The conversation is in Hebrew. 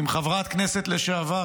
אם חברת הכנסת לשעבר,